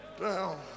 down